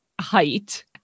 height